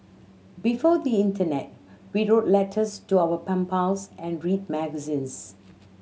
before the internet we wrote letters to our pen pals and read magazines